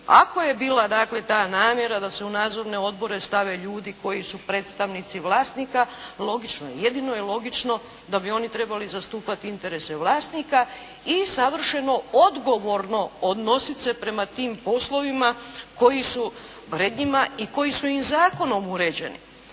Ako je bila dakle ta namjera da se u nadzorne odbore stave ljudi koji su predstavnici vlasnika logično je, jedino je logično da bi oni trebali zastupati interese vlasnika i savršeno odgovorno odnosit se prema tim poslovima koji su pred njima i koji su im zakonom uređeni.